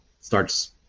starts